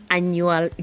annual